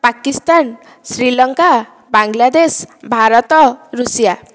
Pakistan Sri Lanka Bangladesh Bharat Russia